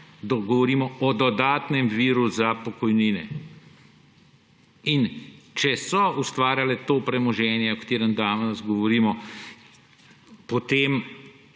govorimo o dodatnem viru za pokojnine. In če so ustvarjale to premoženje, o katerem danes govorimo, potem